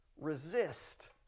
resist